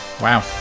Wow